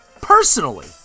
Personally